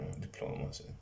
diplomas